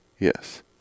Yes